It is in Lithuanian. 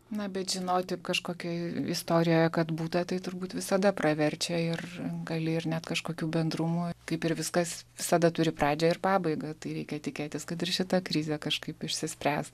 na bet žinoti kažkokioj istorijoj kad būta tai turbūt visada praverčia ir gali ir net kažkokių bendrumo kaip ir viskas visada turi pradžią ir pabaigą tai kas tikėtis kad ir šita krizė kažkaip išsispręs